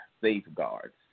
safeguards